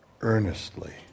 earnestly